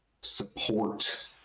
support